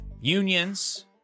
unions